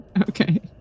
Okay